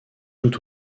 tout